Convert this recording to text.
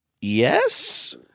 Yes